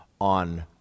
on